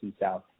South